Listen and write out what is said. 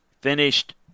Finished